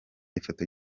ifoto